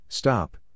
Stop